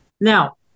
Now